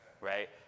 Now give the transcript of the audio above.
right